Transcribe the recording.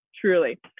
truly